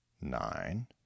nine